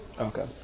Okay